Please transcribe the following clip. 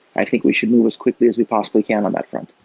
i think we should move as quickly as we possibly can on that front